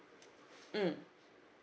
mm